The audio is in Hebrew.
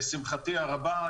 לשמחתי הרבה,